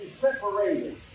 separated